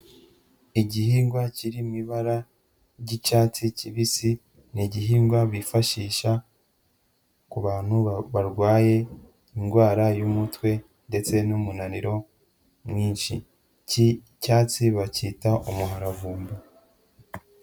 Igihingwa kiri mu ibara ry'icyatsi kibisi, ni igihingwa bifashisha ku bantu barwaye indwara y'umutwe ndetse n'umunaniro mwinshi, iki cyatsi bacyita umuharavumba.